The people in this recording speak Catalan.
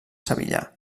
sevillà